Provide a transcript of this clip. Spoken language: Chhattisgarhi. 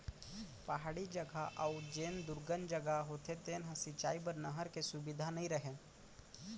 पहाड़ी जघा अउ जेन दुरगन जघा होथे तेन ह सिंचई बर नहर के सुबिधा नइ रहय